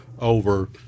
over